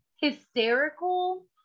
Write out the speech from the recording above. hysterical